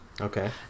Okay